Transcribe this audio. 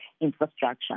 infrastructure